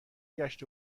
گشت